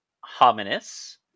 Hominis